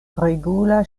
regula